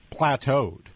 plateaued